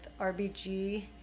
RBG